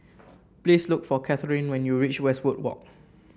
please look for Kathyrn when you reach Westwood Walk